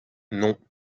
non